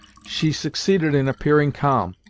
she succeeded in appearing calm,